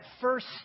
first